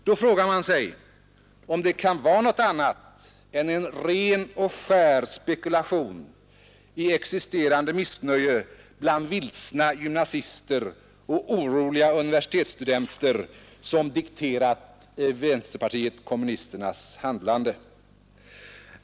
Man frågar sig om det kan vara något annat än en ren och skär spekulation i existerande missnöje bland vilsna gymnasister och oroliga universitetsstudenter som dikterat vänsterpartiet kommunisternas handlande.